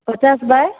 पचास बाय